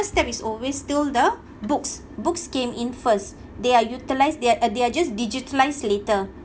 first step is always the books books came in first they are utilised they're uh they're just digitalise later